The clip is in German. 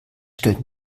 stellt